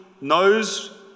knows